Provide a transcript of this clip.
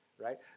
right